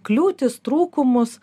kliūtis trūkumus